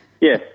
Yes